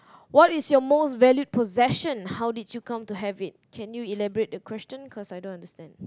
what is your most valued possession how did you come to have it can you elaborate that question cause I don't understand